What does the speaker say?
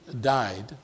died